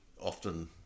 often